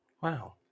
Wow